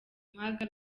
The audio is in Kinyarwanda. mpaga